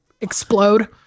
explode